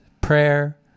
prayer